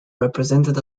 represented